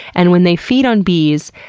and, when they feed on bees,